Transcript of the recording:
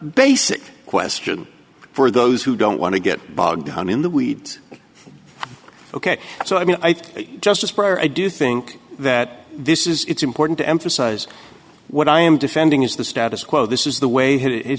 basic question for those who don't want to get bogged down in the weeds ok so i mean i think justice breyer i do think that this is it's important to emphasize what i am defending is the status quo this is the way